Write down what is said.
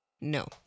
No